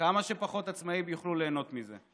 כדי שכמה שפחות עצמאים יוכלו ליהנות מזה.